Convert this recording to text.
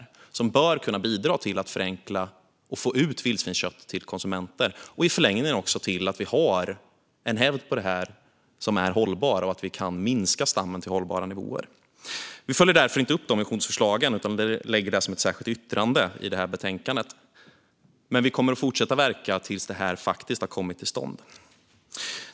Det är ett förslag som bör kunna bidra till att förenkla och få ut vildsvinskött till konsumenter och i förlängningen också kan leda till att vi kan minska stammen till hållbara nivåer. Vi följer därför inte upp de visionsförslagen utan lägger det som ett särskilt yttrande i betänkandet. Vi kommer dock att fortsätta att verka tills det här faktiskt har kommit till stånd.